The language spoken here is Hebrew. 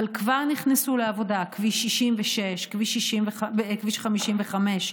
אבל כבר נכנסו לעבודה כביש 66, כביש 55,